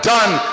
Done